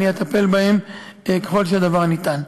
אני אטפל בהן ככל שהדבר ניתן.